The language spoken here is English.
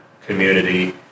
community